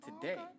Today